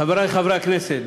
חברי חברי הכנסת,